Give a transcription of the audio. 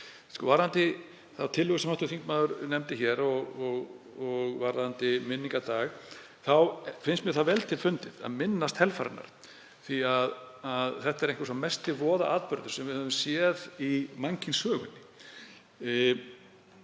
séð. Varðandi þá tillögu sem hv. þingmaður nefndi hér um minningardag þá finnst mér það vel til fundið að minnast helfararinnar því að þetta er einhver sá mesti voðaatburður sem við höfum séð í mannkynssögunni,